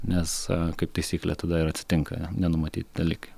nes kaip taisyklė tada ir atsitinka nenumatyti dalykai